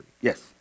Yes